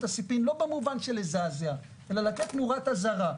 הסיפים לא במובן של לזעזע אלא לתת נורת אזהרה.